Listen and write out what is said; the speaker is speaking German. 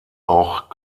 auch